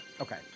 Okay